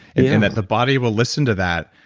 and yeah and that the body will listen to that,